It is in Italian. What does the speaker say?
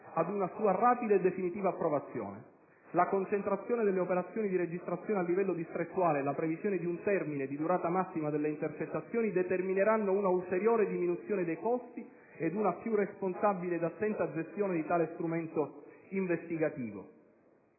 ad una sua rapida e definitiva approvazione. La concentrazione delle operazioni di registrazione a livello distrettuale e la previsione di un termine di durata massima delle intercettazioni determineranno una ulteriore diminuzione dei costi ed una più responsabile ed attenta gestione di tale strumento investigativo.